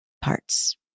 parts